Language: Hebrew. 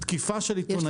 תקיפה של עיתונאים.